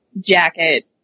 jacket